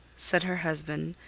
said her husband,